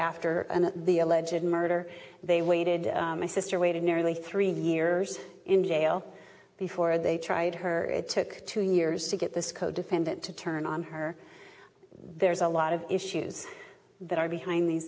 after the alleged murder they waited my sister waited nearly three years in jail before they tried her it took two years to get this codefendant to turn on her there's a lot of issues that are behind these